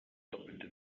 doppelte